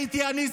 הייתי אני,